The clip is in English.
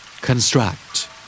Construct